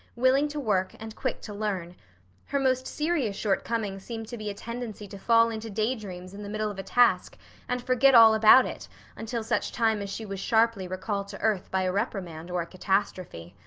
willing to work and quick to learn her most serious shortcoming seemed to be a tendency to fall into daydreams in the middle of a task and forget all about it until such time as she was sharply recalled to earth by a reprimand or a catastrophe.